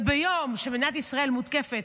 וביום שמדינת ישראל מותקפת